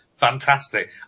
Fantastic